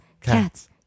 cats